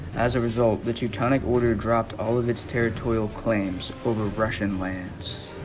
as a result the teutonic order dropped all of its territorial claims over russian lands